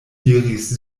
diris